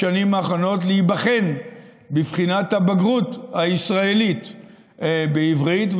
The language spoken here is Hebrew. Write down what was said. האחרונות להיבחן בבחינת הבגרות הישראלית בעברית,